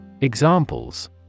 Examples